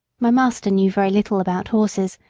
my master knew very little about horses,